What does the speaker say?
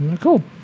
Cool